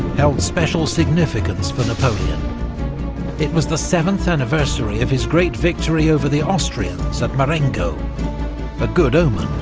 held special significance for napoleon it was the seventh anniversary of his great victory over the austrians at marengo a good omen,